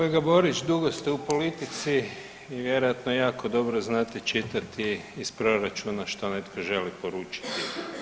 Kolega Borić, dugo ste u politici i vjerojatno jako dobro znate čitati iz proračuna što netko želi poručiti.